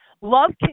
love